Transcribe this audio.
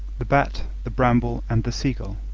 the bat, the bramble, and the seagull